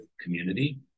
community